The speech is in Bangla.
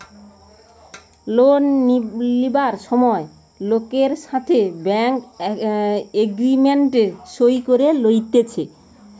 লোন লিবার সময় লোকের সাথে ব্যাঙ্ক এগ্রিমেন্ট সই করে লইতেছে